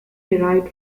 derived